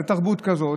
זו תרבות כזאת,